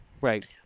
Right